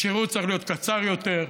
השירות צריך להיות קצר יותר,